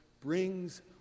brings